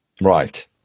Right